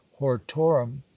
hortorum